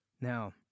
Now